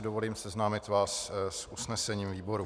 Dovolím si seznámit vás s usnesením výboru.